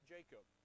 Jacob